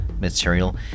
material